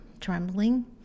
trembling